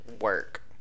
work